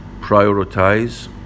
Prioritize